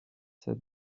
sept